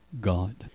God